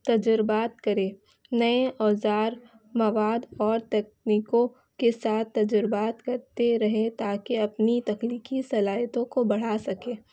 تجربات کرے نئے اوزار مواد اور تکنیکوں کے ساتھ تجربات کرتے رہے تاکہ اپنی تکنیکی صلاحیتوں کو بڑھا سکے